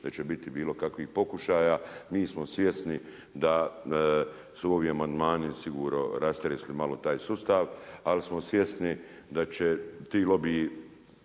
da će biti bilo kakvih pokušaja. Mi smo svjesni da su ovi amandmani sigurno rastresli malo taj sustav ali smo svjesni da će ti lobiji